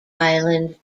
island